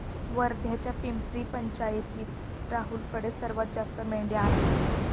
वर्ध्याच्या पिपरी पंचायतीत राहुलकडे सर्वात जास्त मेंढ्या आहेत